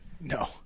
No